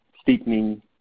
steepening